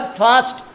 fast